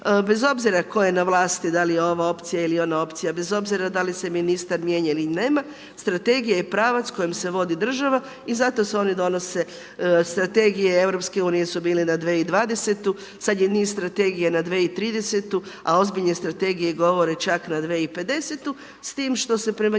bez obzira tko je na vlasti, da li je ova opcija ili je ona opcija, bez obzira da li se ministar mijenja ili ih nema. Strategija je pravac kojom se vodi država i zato se oni donose, strategije EU su bili na 2020. sada je niz strategiju na 2030. a ozbiljne strategije govore čak i na 2050. s tim da se prema njima